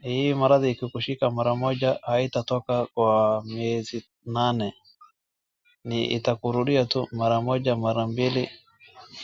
na hii maradhi yakikushika mara moja hayatatoka kwa miezi nane na itakurudia tu mara moja ,mara bili.